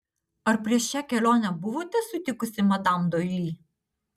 ar prieš šią kelionę buvote sutikusi madam doili